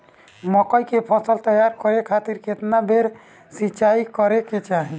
मकई के फसल तैयार करे खातीर केतना बेर सिचाई करे के चाही?